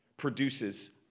produces